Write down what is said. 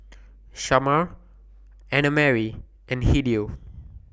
Shamar Annamarie and Hideo